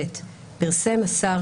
(ב)פרסם השר